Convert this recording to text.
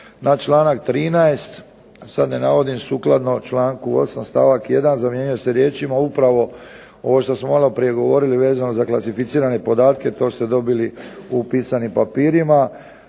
na članak 13., da sad ne navodim, sukladno članku 8. stavak 1. zamjenjuje se riječima upravo ovo što smo maloprije govorili vezano za klasificirane podatke. To ste dobili u pisanim papirima.